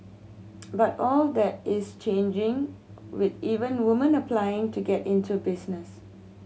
but all that is changing with even woman applying to get into business